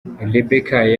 rebekah